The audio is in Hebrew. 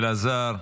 אלעזר,